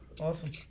Awesome